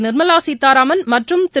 நிர்மலா சீதாராமன் மற்றும் திரு